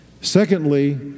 Secondly